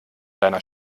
deiner